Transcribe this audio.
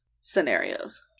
scenarios